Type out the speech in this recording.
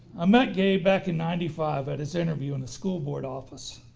i met gabe back in ninety five at his interview in the school board office.